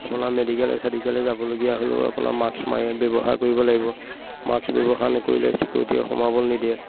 আপোনাৰ মেডিকেলে চেডিকেলে যাবলগীয়া হ'লেও আপোনাৰ মাক্স মাৰি ব্যৱহাৰ কৰিব লাগিব মাক্স ব্যৱহাৰ নকৰিলে চিকিউৰিটীয়ে সোমাবলৈ নিদিয়ে